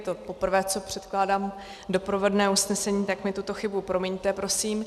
Je to poprvé, co předkládám doprovodné usnesení, tak mi tuto chybu promiňte, prosím.